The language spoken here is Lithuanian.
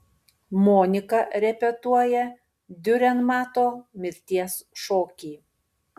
monika repetuoja diurenmato mirties šokį